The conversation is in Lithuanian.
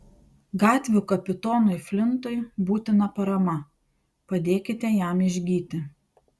gatvių kapitonui flintui būtina parama padėkite jam išgyti